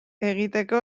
egiteko